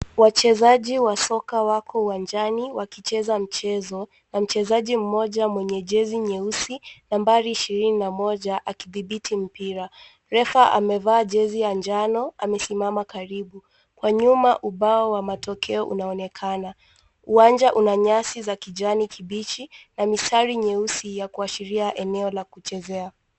Wachezaji wa soka wako uwanjani wakicheza mchezo. Na mchezaji mmoja mwenye jezi nyeusi, nambari ishirini na moja, akithibiti mpira. Refa amevaa jezi ya njano amesimama karibu. Kwa nyuma, ubao wa matokeo unaonekana. Uwanja una nyasi za kijani kibichi na mistari nyeusi ya kuashiria eneo la kuchezea.